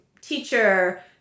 teacher